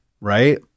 right